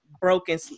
broken